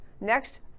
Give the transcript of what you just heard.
next